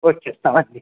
వస్తాం అండి